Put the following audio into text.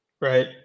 right